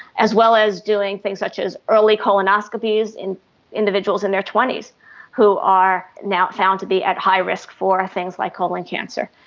as well as doing things such as early colonoscopies in individuals in their twenty s who are now found to be at high risk for things like colon cancer.